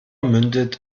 mündet